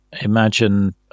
imagine